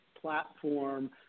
platform